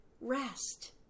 rest